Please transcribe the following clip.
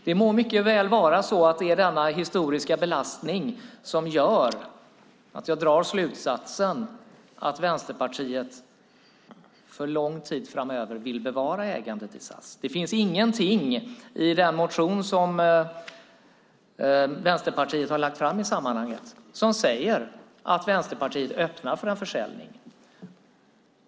Det må mycket väl vara denna historiska belastning som gör att jag drar slutsatsen att Vänsterpartiet för lång tid framöver vill bevara ägandet i SAS. Det finns ingenting i den motion som Vänsterpartiet har lagt fram i sammanhanget som säger att Vänsterpartiet öppnar för en försäljning.